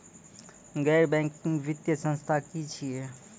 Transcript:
गैर बैंकिंग वित्तीय संस्था की छियै?